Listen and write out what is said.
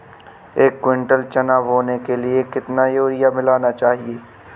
एक कुंटल चना बोने के लिए कितना यूरिया मिलाना चाहिये?